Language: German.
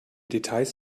details